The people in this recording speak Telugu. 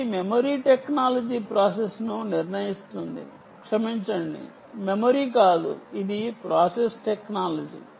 ఇది మెమరీ టెక్నాలజీ ప్రాసెస్ను నిర్ణయిస్తుంది క్షమించండి మెమరీ కాదు ఇది ప్రాసెస్ టెక్నాలజీ